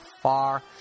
far